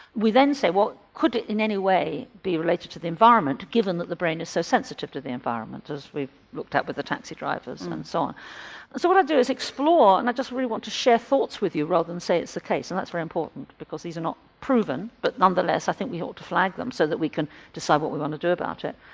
we then say well could it in anyway be related to the environment, given that the brain is so sensitive to the environment, as we've looked at with the taxi drivers and so on. so what i do is explore, and i just really want to share thoughts with you rather than say it's the case, and that's very important because these are not proven, but nonetheless i think we ought to flag them so we can decide what we want to do about it.